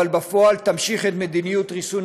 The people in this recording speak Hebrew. אבל בפועל תמשיך את מדיניות ריסון